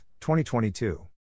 2022